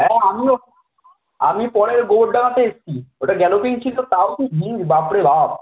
হ্যাঁ আমিও আমি পরের গোবরডাঙ্গা পেয়েছি ওটা গ্যালোপিং ছিলো তাও কী ভিড় বাপরে বাপ